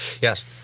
Yes